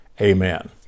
Amen